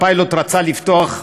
הפיילוט רצה לפתוח.